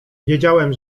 wiedziałem